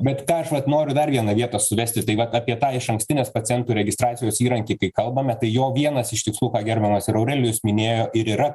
bet ką aš vat noriu dar vieną vietą suvesti tai vat apie tą išankstinės pacientų registracijos įrankį kai kalbame tai jo vienas iš tikslų ką gerbiamas ir aurelijus minėjo ir yra